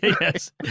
Yes